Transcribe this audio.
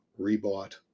rebought